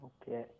Okay